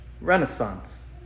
renaissance